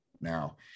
Now